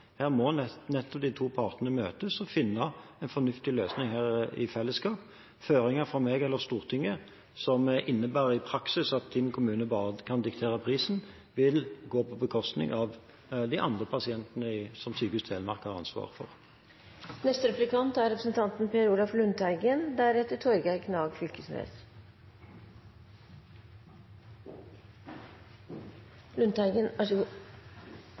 Her må nettopp de to partene møtes og finne en fornuftig løsning i fellesskap. Føringer fra meg eller fra Stortinget som i praksis innebærer at Tinn kommune bare kan diktere prisen, vil gå på bekostning av de andre pasientene som Sykehuset Telemark har ansvaret for. Statsråden sier at premissene ikke er